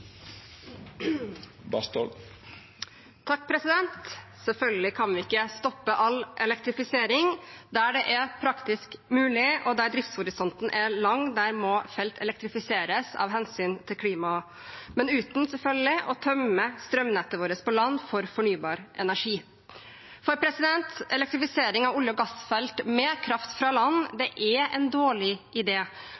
Selvfølgelig kan vi ikke stoppe all elektrifisering der det er praktisk mulig. Der driftshorisonten er lang, må felt elektrifiseres av hensyn til klima, men selvfølgelig uten å tømme strømnettet vårt på land for fornybar energi. Elektrifisering av olje- og gassfelt med kraft fra land